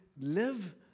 live